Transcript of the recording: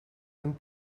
een